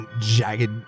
jagged